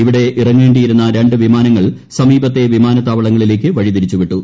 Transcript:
ഇവിടെ ഇറങ്ങേണ്ടിയിരുന്ന രണ്ട് വിമാനങ്ങൾ സമീപത്തെ വിമാനത്താവളങ്ങളിലേക്ക് വഴി തിരിച്ചുവിട്ടു